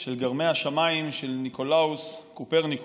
של גרמי השמיים" של ניקולאוס קופרניקוס.